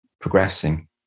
progressing